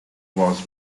was